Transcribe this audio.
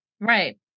right